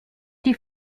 die